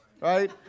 right